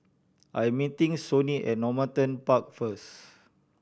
I'm meeting Sonny at Normanton Park first